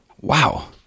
Wow